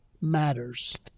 matters